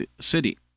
City